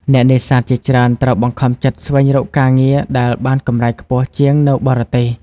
អ្នកនេសាទជាច្រើនត្រូវបង្ខំចិត្តស្វែងរកការងារដែលបានកម្រៃខ្ពស់ជាងនៅបរទេស។